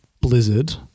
Blizzard